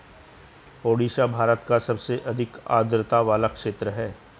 ओडिशा भारत का सबसे अधिक आद्रता वाला क्षेत्र है